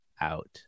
out